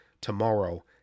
tomorrow